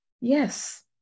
Yes